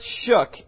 shook